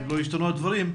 אם לא השתנו הדברים.